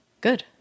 Good